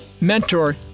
mentor